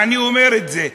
ואני אומר את זה,